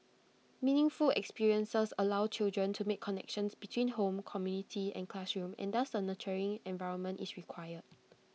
meaningful experiences allow children to make connections between home community and classroom and thus A nurturing environment is required